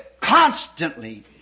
constantly